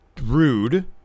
Rude